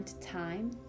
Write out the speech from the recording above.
time